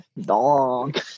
dog